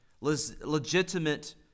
legitimate